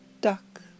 duck